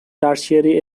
tertiary